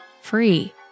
free